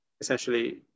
Essentially